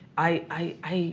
i